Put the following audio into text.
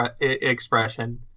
expression